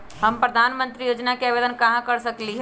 हम प्रधानमंत्री योजना के आवेदन कहा से कर सकेली?